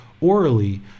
orally